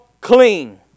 clean